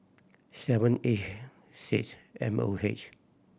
seven eight six M O H